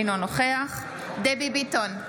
אינו נוכח דבי ביטון,